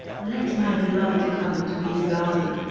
let my beloved come into his garden,